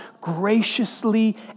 graciously